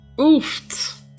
Oof